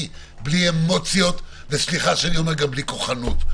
בלי אמוציות וסליחה שאני ואמר גם בלי כוחנות.